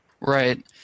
Right